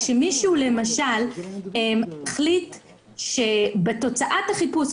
כשמישהו החליט שבתוצאת החיפוש,